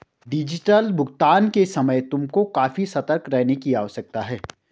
digital भुगतान के समय तुमको काफी सतर्क रहने की आवश्यकता है